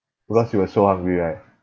because you were so hungry right